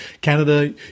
Canada